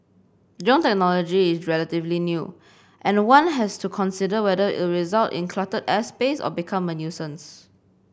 drone technology is relatively new and one has to consider whether it'll result in cluttered airspace or become a nuisance